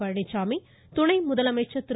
பழனிச்சாமி துணை முதலமைச்சர் திரு